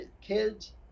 kids